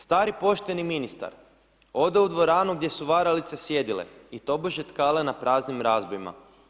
Stari pošteni ministar, ode u dvoranu gdje su varalice sjedile i tobože tkale na praznim razbojima.